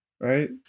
right